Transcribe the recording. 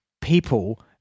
people